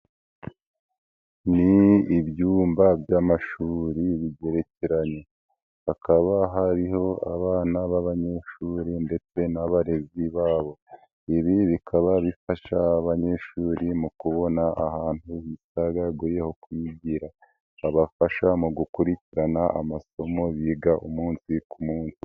Ni ibyumba by'amashuri bigerekeranye hakaba hariho abana b'abanyeshuri ndetse n'abarezi babo ibi bikaba bifasha abanyeshuri mu kubona ahantu bitagaguye ho kwigira habafasha mu gukurikirana amasomo biga umunsi ku munsi.